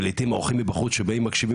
ולעיתים אורחים מבחוץ שבאים ומקשבים